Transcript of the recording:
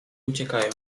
uciekają